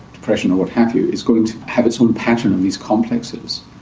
depression or what have you, is going to have its own pattern on these complexes.